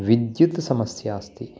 विद्युत् समस्या अस्ति